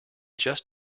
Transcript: just